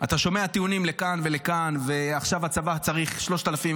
אתה שומע טיעונים לכאן ולכאן: עכשיו הצבא צריך 3,000,